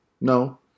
No